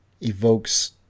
evokes